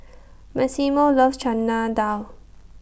Maximo loves Chana Dal